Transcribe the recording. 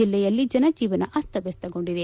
ಜಿಲ್ಲೆಯಲ್ಲಿ ಜನಜೀವನ ಅಸ್ತವ್ಯಸ್ತಗೊಂಡಿದೆ